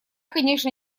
конечно